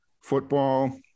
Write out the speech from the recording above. football